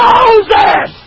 Moses